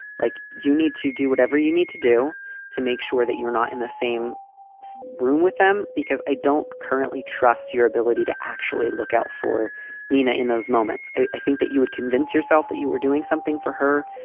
like you need to do whatever you need to do to make sure that you're not in the same room with them, because i don't currently trust your ability to actually look out for nina in those moments. i think that you would convince yourself that you were doing something for her.